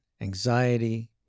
anxiety